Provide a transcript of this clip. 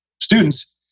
students